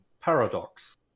Paradox